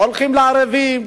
הולכים לערבים,